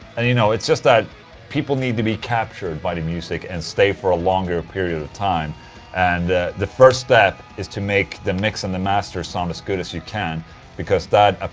and you know, it's just that people need to be captured by the music and stay for a longer period of time and the the first step is to make the mix and the master some as good as you can because that. ah